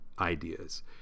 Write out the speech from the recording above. ideas